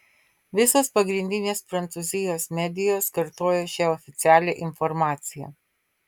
visos pagrindinės prancūzijos medijos kartojo šią oficialią informaciją